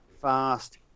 fast